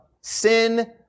sin